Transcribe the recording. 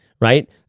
right